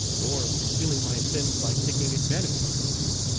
nor of concealing my sins by taking advantage of them.